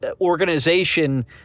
organization